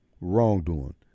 wrongdoing